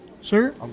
Sir